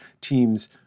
teams